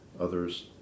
others